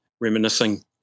reminiscing